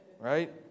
Right